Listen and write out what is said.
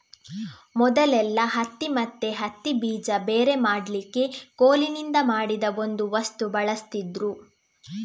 ಮೊದಲೆಲ್ಲಾ ಹತ್ತಿ ಮತ್ತೆ ಹತ್ತಿ ಬೀಜ ಬೇರೆ ಮಾಡ್ಲಿಕ್ಕೆ ಕೋಲಿನಿಂದ ಮಾಡಿದ ಒಂದು ವಸ್ತು ಬಳಸ್ತಿದ್ರು